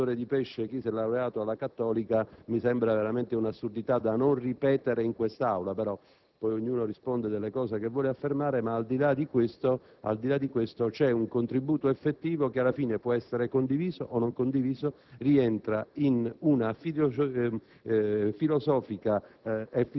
strumentalizzazioni mediatiche, definire venditore di pesce chi si è laureato alla Cattolica è un'assurdità da non ripetere in quest'Aula; poi ognuno risponde delle cose che vuole affermare. Al di là di questo, però, c'è un contributo effettivo, che alla fine può essere condiviso o meno, ma che rientra in una filosofica